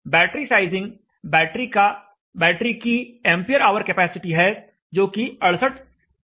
battery sizing battery की ampere hour capacity है जोकि 68 Ah है